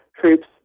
troops